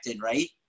right